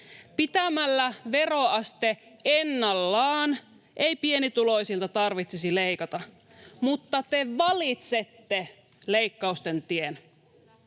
Pitämällä veroaste ennallaan ei pienituloisilta tarvitsisi leikata. Mutta te valitsette leikkausten tien.